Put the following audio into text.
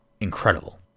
incredible